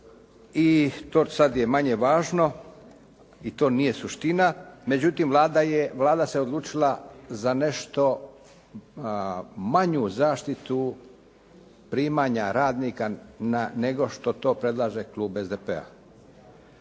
i to sad je manje važno i to nije suština. Međutim, Vlada se odlučila nešto manju zaštitu primanja radnika, nego što to predlaže klub SDP-a.